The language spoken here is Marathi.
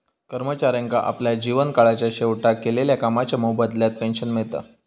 कर्मचाऱ्यांका आपल्या जीवन काळाच्या शेवटाक केलेल्या कामाच्या मोबदल्यात पेंशन मिळता